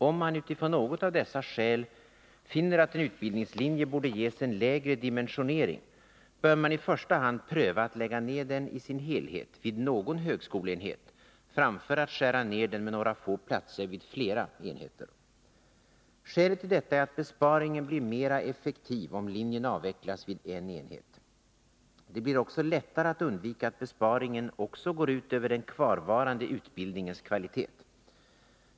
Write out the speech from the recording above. Om man utifrån något av dessa skäl finner att en utbildningslinje borde ges en lägre dimensionering bör man i första hand pröva att lägga ner den i sin helhet vid någon högskoleenhet framför att skära ner den med några få platser vid flera enheter. Skälet till detta är att besparingen blir mera effektiv om linjen avvecklas vid en enhet. Det blir också lättare att undvika att besparingen också går ut över den kvarvarande utbildningens kvalitet.